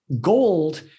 gold